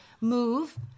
move